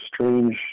strange